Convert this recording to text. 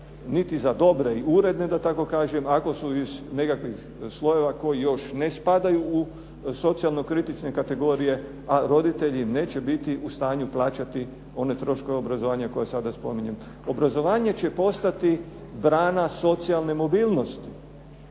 niti za dobre i uredne da tako kažem, ako su iz nekakvih slojeva koji još ne spadaju u socijalno kritične kategorije, a roditelji neće biti u stanju plaćati one troškove obrazovanja koje sada spominjete. Obrazovanje će postati brana socijalne mobilnosti